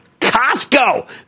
Costco